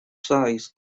size